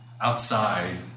outside